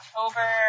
October